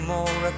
more